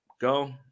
go